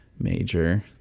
major